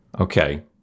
Okay